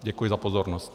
Děkuji za pozornost.